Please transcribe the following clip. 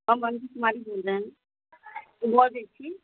हम रञ्जु कुमारी बोल रहे हैं बजैत छी